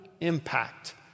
impact